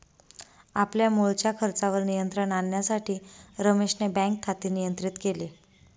आपल्या मुळच्या खर्चावर नियंत्रण आणण्यासाठी रमेशने बँक खाते नियंत्रित केले